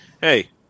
hey